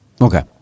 okay